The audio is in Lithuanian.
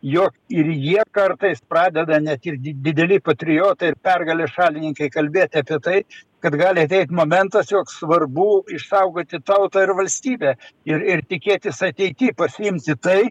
jog ir jie kartais pradeda net ir dideli patriotai ir pergalės šalininkai kalbėti apie tai kad gali ateit momentas jog svarbu išsaugoti tautą ir valstybę ir ir tikėtis ateity pasiimti tai